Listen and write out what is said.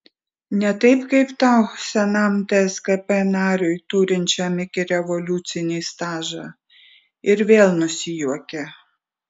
ne taip kaip tau senam tskp nariui turinčiam ikirevoliucinį stažą ir vėl nusijuokė